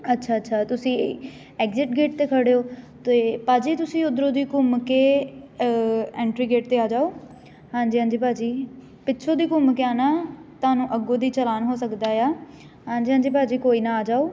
ਅੱਛਾ ਅੱਛਾ ਤੁਸੀਂ ਐਗਜਿਟ ਗੇਟ 'ਤੇ ਖੜ੍ਹੇ ਹੋ ਅਤੇ ਭਾਅ ਜੀ ਤੁਸੀਂ ਉੱਧਰੋਂ ਦੀ ਘੁੰਮ ਕੇ ਐਂਟਰੀ ਗੇਟ 'ਤੇ ਆ ਜਾਓ ਹਾਂਜੀ ਹਾਂਜੀ ਭਾਅ ਜੀ ਪਿੱਛੋਂ ਦੀ ਘੁੰਮ ਕੇ ਆਉਣਾ ਤੁਹਾਨੂੰ ਅੱਗੋਂ ਦੀ ਚਲਾਨ ਹੋ ਸਕਦਾ ਆ ਹਾਂਜੀ ਹਾਂਜੀ ਭਾਅ ਜੀ ਕੋਈ ਨਾ ਆ ਜਾਓ